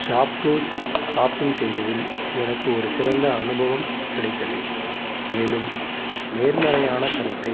ShopClues shopping செய்ததில் எனக்கு ஒரு சிறந்த அனுபவம் கிடைத்தது மேலும் நேர்மறையான கருத்தை